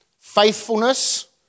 faithfulness